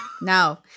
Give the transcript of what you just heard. no